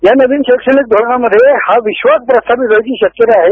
या नवीन शैक्षणी धोरणामध्ये हा विश्वास प्रस्थापित होण्याची शक्यता आहे